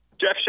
Jeff